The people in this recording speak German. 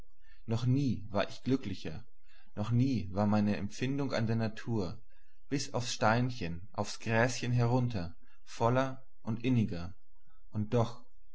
noch nie war ich glücklicher noch nie war meine empfindung an der natur bis aufs steinchen aufs gräschen herunter voller und inniger und doch ich